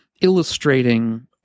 illustrating